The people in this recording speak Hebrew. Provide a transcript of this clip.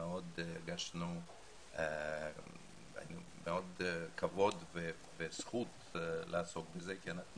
הרגשנו מאוד כבוד וזכות לעסוק בזה כי אנחנו